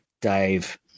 Dave